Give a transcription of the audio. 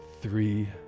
Three